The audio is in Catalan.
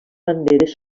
banderes